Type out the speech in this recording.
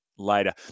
later